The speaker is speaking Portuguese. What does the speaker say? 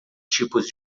tipos